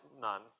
none